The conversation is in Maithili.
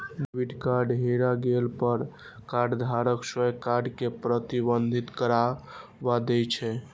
डेबिट कार्ड हेरा गेला पर कार्डधारक स्वयं कार्ड कें प्रतिबंधित करबा दै छै